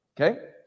Okay